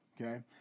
Okay